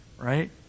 right